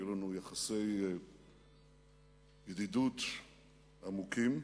היו בינינו יחסי ידידות עמוקים,